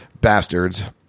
bastards